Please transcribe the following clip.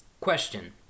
Question